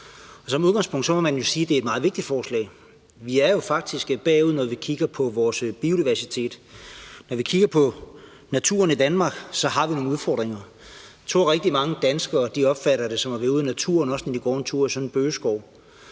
som udgangspunkt må man sige, at det er et meget vigtigt forslag. Vi er jo faktisk bagud, når vi kigger på vores biodiversitet. Når vi kigger på naturen i Danmark, har vi nogle udfordringer. Jeg tror, at rigtig mange danskere opfatter det som at være ude i naturen, også når de går en tur i sådan en bøgeskov,